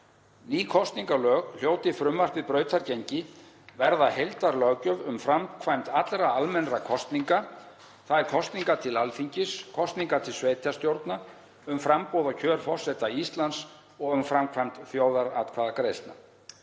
Ný kosningalög, hljóti frumvarpið brautargengi, verða heildarlöggjöf um framkvæmd allra almennra kosninga, þ.e. kosninga til Alþingis, kosninga til sveitarstjórna, um framboð og kjör forseta Íslands og um framkvæmd þjóðaratkvæðagreiðslna.